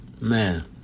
Man